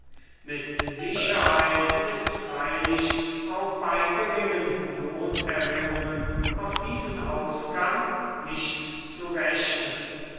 mit sicherheit ist freilich auch bei geringen lohnerhöhungen auf diesen ausgang nicht zu rechnen